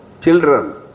children